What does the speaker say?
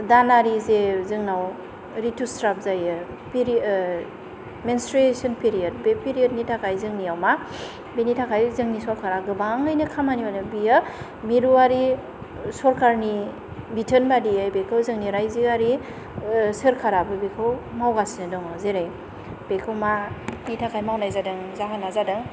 दानारि जे जोंनाव रिथुस्राब जायो फिरि मेनस्ट्रिएसन पिरियद बे पिरियडनि थाखाय जोंनियाव मा बेनि थाखाय जोंनि सरकारा गोबाङैनो खामानि मावदों बेयो मिरुआरि सरकारनि बिथोन बायदियै बेखौ जोंनि रायजोयारि सोरखाराबो बेखौ मावगासिनो दङ जेरै बेखौ मानि थाखाय मावनाय जादों जाहोना जादों